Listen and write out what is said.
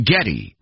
Getty